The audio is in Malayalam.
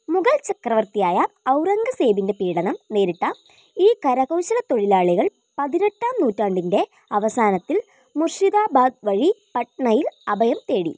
മുഗൾ ചക്രവർത്തിയായ ഔറംഗസേബിൻ്റെ പീഡനം നേരിട്ട ഈ കരകൌശലത്തൊഴിലാളികൾ പതിനെട്ടാം നൂറ്റാണ്ടിൻ്റെ അവസാനത്തിൽ മൂർഷിദാബാദ് വഴി പട്നയിൽ അഭയം തേടി